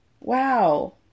Wow